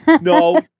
No